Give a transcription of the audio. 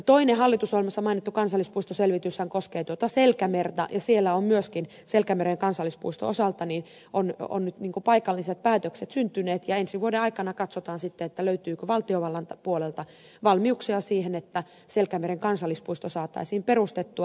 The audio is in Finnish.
toinen hallitusohjelmassa mainittu kansallispuistoselvityshän koskee selkämerta ja siellä ovat myöskin selkämeren kansallispuiston osalta niin se on joka on nyt niinku paikalliset päätökset syntyneet ja ensi vuoden aikana katsotaan sitten löytyykö valtiovallan puolelta valmiuksia siihen että selkämeren kansallispuisto saataisiin perustettua